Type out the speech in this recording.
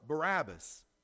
Barabbas